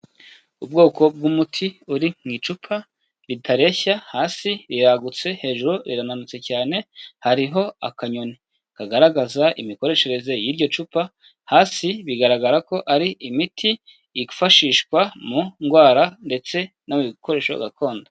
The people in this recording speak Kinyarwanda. Ubwoko bw'umuti uri mu icupa ritareshya hasi riragutse hejuru rirananutse cyane hariho akanyoni kagaragaza imikoreshereze y'iryo cupa, hasi bigaragara ko ari imiti yifashishwa mu ndwara ndetse no mu koresho gakondo.